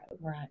Right